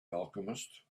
alchemist